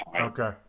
Okay